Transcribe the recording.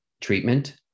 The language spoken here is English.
treatment